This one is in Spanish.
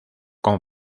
con